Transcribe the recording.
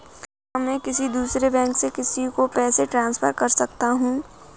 क्या मैं किसी दूसरे बैंक से किसी को पैसे ट्रांसफर कर सकता हूँ?